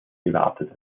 gewartet